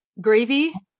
gravy